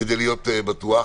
כדי להיות בטוח,